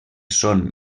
són